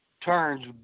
turns